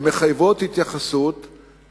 מחייבות התייחסות,